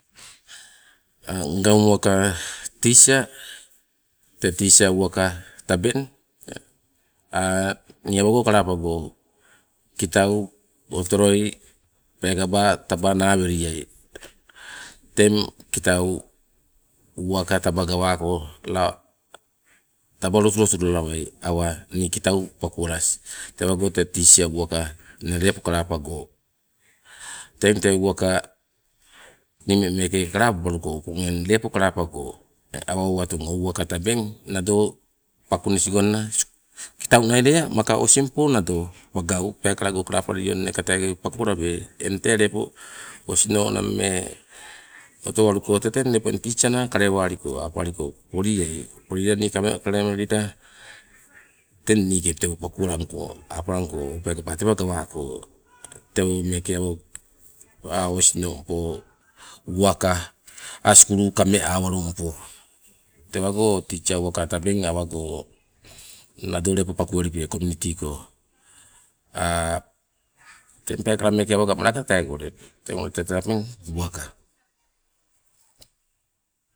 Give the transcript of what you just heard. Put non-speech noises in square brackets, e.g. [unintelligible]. Ngang uwaka tisia, tee tisia uwaka tabeng [hesitation] nii awago kalapago kitau otoloi peekaba taba naweliai, teng kitau uwaka taba gawako la taba lotulotu lalawai awa ni kitau pakuwalas, tewago tee tisia uwaka inne lepo kalapago. Teng tee uwaka ni ummeng meeke kalapabaluko, opong eng kalapago awa owatung o uwaka tabeng nado pakunisi gonna, [unintelligible] kitau nai lea maka osing po nado pangau peekalago kalapaliko inne ka tei pakualabe, eng tee lebo osino nammee otowalu tete opong ninang titsa naa kalewaliko, apaliko polie, polila nii kalemelelila teng niike tewo pakuwalangko, apalangko peekaba tewa gawako, tewo meeke awo osinongpo a' uwaka kameawalumampo. Tewago o tisia uwaka tabeng awago nado lepo pakuwelipe kominiti ko, [hesitation] teng peekala meeke awaga malaka teego lepo teng tee tabeng uwaka.